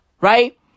Right